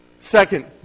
Second